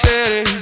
City